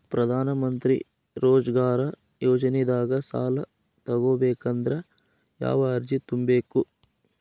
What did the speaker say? ಪ್ರಧಾನಮಂತ್ರಿ ರೋಜಗಾರ್ ಯೋಜನೆದಾಗ ಸಾಲ ತೊಗೋಬೇಕಂದ್ರ ಯಾವ ಅರ್ಜಿ ತುಂಬೇಕು?